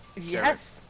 Yes